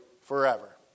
forever